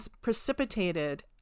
precipitated